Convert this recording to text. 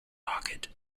rocket